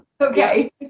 okay